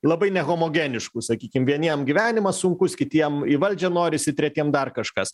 labai nehomogeniškų sakykim vieniem gyvenimas sunkus kitiem į valdžią norisi tretiem dar kažkas